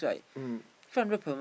mm